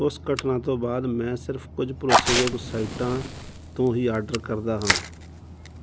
ਉਸ ਘਟਨਾ ਤੋਂ ਬਾਅਦ ਮੈਂ ਸਿਰਫ਼ ਕੁਝ ਭਰੋਸੇਯੋਗ ਸਾਈਟਾਂ ਤੋਂ ਹੀ ਆਰਡਰ ਕਰਦਾ ਹਾਂ